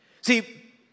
See